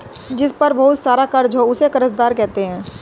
जिस पर बहुत सारा कर्ज हो उसे कर्जदार कहते हैं